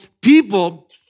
people